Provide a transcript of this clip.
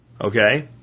okay